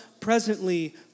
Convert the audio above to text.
presently